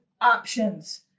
options